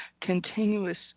continuous